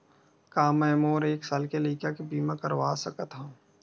का मै मोर एक साल के लइका के बीमा करवा सकत हव?